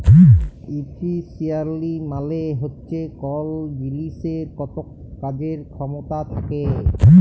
ইফিসিয়ালসি মালে হচ্যে কল জিলিসের কতট কাজের খ্যামতা থ্যাকে